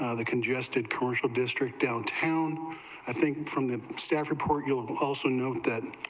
ah the congested commercial district downtown i think from the staff report you'll also note that,